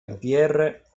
anpr